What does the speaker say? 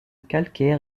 calcaire